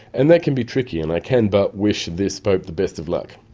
and that can be tricky and i can but wish this pope the best of luck.